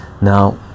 Now